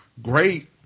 Great